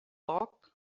poc